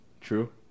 True